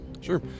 sure